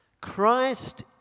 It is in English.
Christ